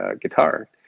guitar